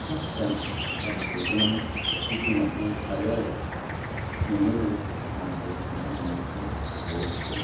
फिसा फिसा बान्दो थेसनानै बे दैमाखौ सारो आरो मोनोबो नाथुर ना नास्राय बरख'